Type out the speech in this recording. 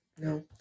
no